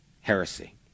heresy